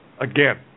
Again